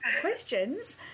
questions